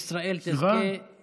ישראל תזכה, סימון